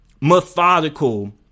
methodical